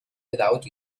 without